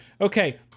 Okay